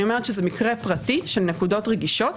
אני אומרת שזה מקרה פרטי של נקודות רגישות,